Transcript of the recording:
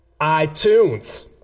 iTunes